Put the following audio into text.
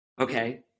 okay